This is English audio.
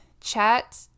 chat